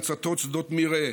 הצתות שדות מרעה,